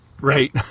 Right